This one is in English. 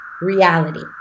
Reality